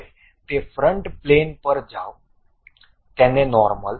હવે તે front plane પર જાઓ તેને નોર્મલ